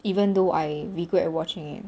even though I regret watching it